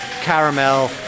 caramel